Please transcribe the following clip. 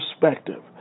perspective